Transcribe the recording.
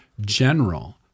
general